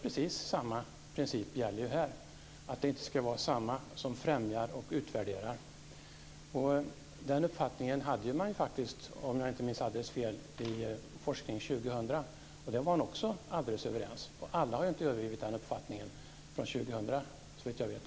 Precis samma princip gäller ju här, att det inte ska vara samma som främjar och utvärderar. Om jag inte minns alldeles fel hade man den uppfattningen också i betänkandet Forskning 2000. Också där var alla överens, och alla har inte övergivit den uppfattningen, såvitt jag vet.